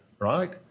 Right